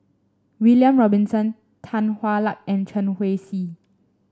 William Robinson Tan Hwa Luck and Chen Wen Hsi